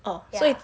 orh 所以